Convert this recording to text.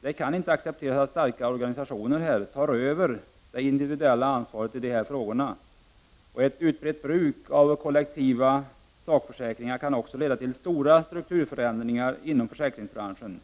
Det kan inte accepteras att starka organisationer tar över det individuella ansvaret i dessa frågor. Ett utbrett bruk av kollektiva sakförsäkringar kan också leda till stora strukturförändringar inom försäkringsbranschen.